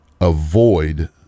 Avoid